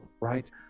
right